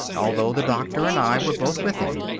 although the doctor and i were both with him.